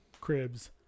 cribs